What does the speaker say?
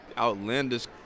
outlandish